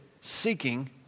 seeking